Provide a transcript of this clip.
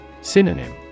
Synonym